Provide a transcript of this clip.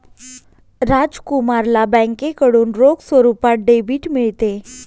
राजकुमारला बँकेकडून रोख स्वरूपात डेबिट मिळते